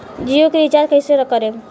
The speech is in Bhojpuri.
जियो के रीचार्ज कैसे करेम?